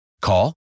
Call